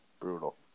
Brutal